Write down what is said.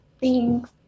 Thanks